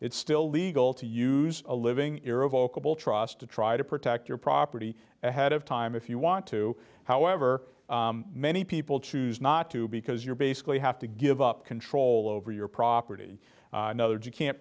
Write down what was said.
it's still legal to use a living irrevocably to try to protect your property ahead of time if you want to however many people choose not to because you're basically have to give up control over your property another g can't